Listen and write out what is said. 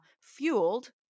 fueled